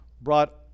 brought